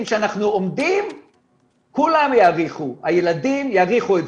שאנחנו עומדים בזה כולם יעריכו את זה,